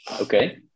Okay